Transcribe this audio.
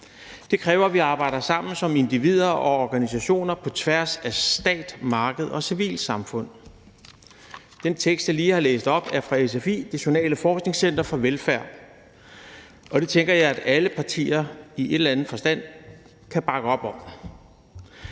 Det kræver, at vi arbejder sammen som individer og organisationer på tværs af stat, marked og civilsamfund. Den tekst, jeg lige har læst op, er fra SFI, Det Nationale Forskningscenter for Velfærd, og den tænker jeg at alle partier i en eller anden forstand kan bakke op om.